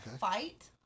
fight